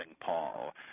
Paul